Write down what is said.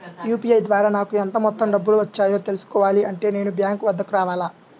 UPI ద్వారా నాకు ఎంత మొత్తం డబ్బులు వచ్చాయో తెలుసుకోవాలి అంటే నేను బ్యాంక్ వద్దకు రావాలా?